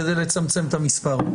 כדי לצמצם את המספר.